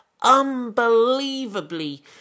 unbelievably